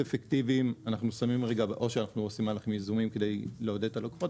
אנחנו עושים מהלכים יזומים כדי לעודד את הלקוחות